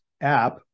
app